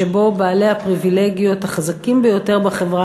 שבו בעלי הפריבילגיות החזקים ביותר בחברה